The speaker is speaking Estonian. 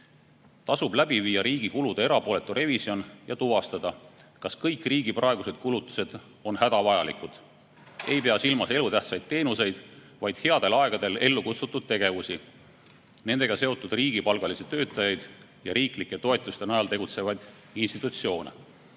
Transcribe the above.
läbi viia riigi kulude erapooletu revisjon ja tuvastada, kas kõik riigi praegused kulutused on hädavajalikud. Ma ei pea silmas elutähtsaid teenuseid, vaid headel aegadel ellu kutsutud tegevusi, nendega seotud riigipalgalisi töötajaid ja riiklike toetuste najal tegutsevaid institutsioone.